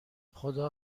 خدا